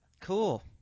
Cool